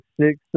six